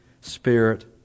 spirit